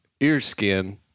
Earskin